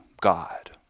God